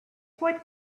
what